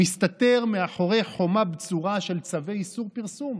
מסתתר מאחורי חומה בצורה של צווי איסור פרסום.